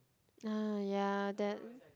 ah ya that